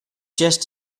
just